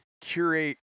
curate